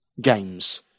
games